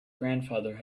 grandfather